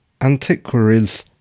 antiquaries